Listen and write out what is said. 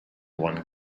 one